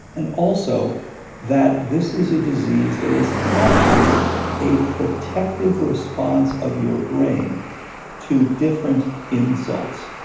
and also that this is a disease that is actually a protective responses of your brain to different insults.